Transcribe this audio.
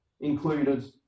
included